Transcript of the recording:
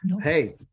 hey